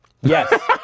Yes